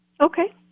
Okay